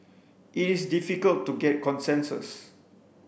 it is difficult to get consensus